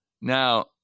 Now